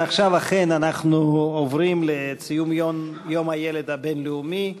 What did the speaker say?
עכשיו אכן אנחנו עוברים לציון יום הילד הבין-לאומי.